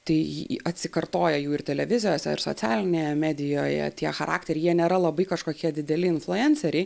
tai atsikartoja jų ir televizijose ir socialinėje medijoje tie charakteriai jie nėra labai kažkokie dideli influenceriai